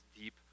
deep